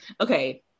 Okay